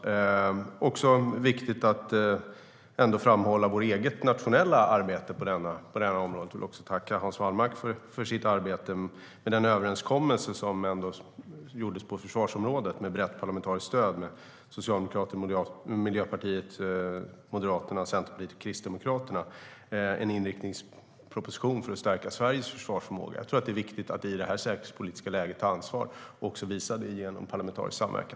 Det är också viktigt att framhålla vårt eget, nationella arbete på detta område. Jag vill tacka Hans Wallmark för hans arbete med den överenskommelse som gjordes på försvarsområdet, med brett parlamentariskt stöd mellan Socialdemokraterna, Miljöpartiet, Moderaterna, Centerpartiet och Kristdemokraterna. Det är en inriktningsproposition för att stärka Sveriges försvarsförmåga. Jag tror att det är viktigt att ta ansvar i det här säkerhetspolitiska läget och att visa det genom parlamentarisk samverkan.